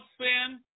sin